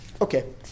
Okay